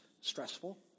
stressful